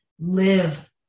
live